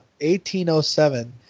1807